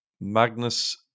Magnus